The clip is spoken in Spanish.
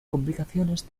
complicaciones